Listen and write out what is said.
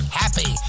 happy